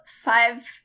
five